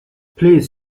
please